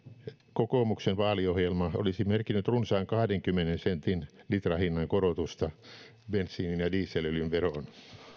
kokoomuksen vaaliohjelma olisi merkinnyt runsaan kahdenkymmenen sentin litrahinnan korotusta bensiinin ja dieselöljyn veroon